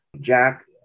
Jack